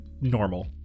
normal